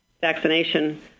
vaccination